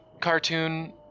cartoon